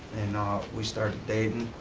and we started dating.